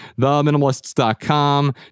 Theminimalists.com